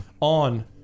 On